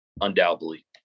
undoubtedly